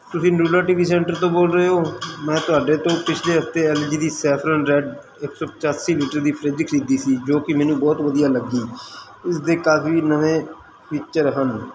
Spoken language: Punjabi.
ਤੁਸੀਂ ਨਿਊਡਲ ਟੀ ਵੀ ਸੈਂਟਰ ਤੋਂ ਬੋਲ ਰਹੇ ਹੋ ਮੈਂ ਤੁਹਾਡੇ ਤੋਂ ਪਿਛਲੇ ਹਫ਼ਤੇ ਐਲ ਜੀ ਦੀ ਸੈਫਰਨ ਰੈਡ ਇਕ ਸੌ ਪਚਾਸੀ ਲੀਟਰ ਦੀ ਫਰਿਜ ਖਰੀਦੀ ਸੀ ਜੋ ਕਿ ਮੈਨੂੰ ਬਹੁਤ ਵਧੀਆ ਲੱਗੀ ਇਸ ਦੇ ਕਾਫ਼ੀ ਨਵੇਂ ਫੀਚਰ ਹਨ